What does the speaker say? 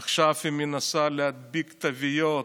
עכשיו היא מנסה להדביק תוויות,